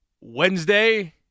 Wednesday